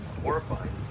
horrifying